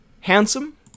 handsome